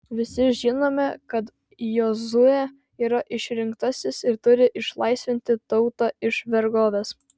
visi žinome kad jozuė yra išrinktasis ir turi išlaisvinti tautą iš vergovės